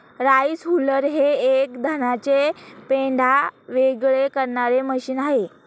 rice huller हे एक धानाचे पेंढा वेगळे करणारे मशीन आहे